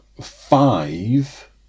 five